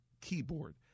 keyboard